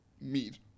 meat